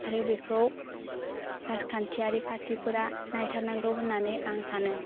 आरो बेखौ राजखान्थियारि पार्टीफोरा नायथारनांगौ होन्नानै आं सानो